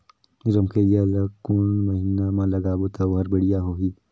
रमकेलिया ला कोन महीना मा लगाबो ता ओहार बेडिया होही?